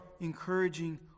encouraging